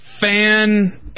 fan